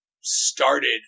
started